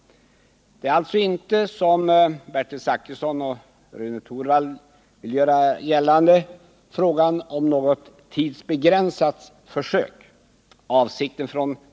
Det är alltså inte, som Bertil Zachrisson och Rune Torwald vill göra gällande, fråga om något tidsbegränsat försök.